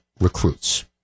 recruits